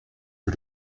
que